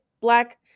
black